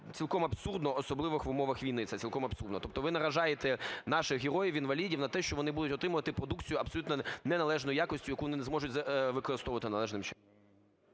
цілком абсурдно особливо в умовах війни. Це цілком абсурдно. Тобто ви наражаєте наших героїв, інвалідів на те, що вони будуть отримувати продукцію абсолютно неналежної якості, яку вони не зможуть використовувати належним чином.